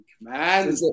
Man